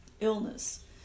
illness